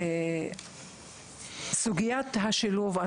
דיברנו על סוגיית השילוב.